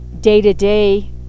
day-to-day